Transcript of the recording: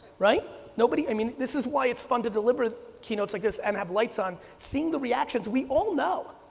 right, nobody i mean, this is why it's fun to deliver keynotes like this and have lights on, seeing the reactions we all know.